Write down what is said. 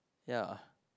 ya